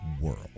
world